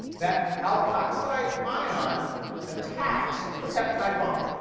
that alkoxide ion attacks the peptide bond.